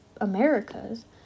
Americas